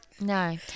No